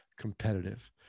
competitive